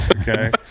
Okay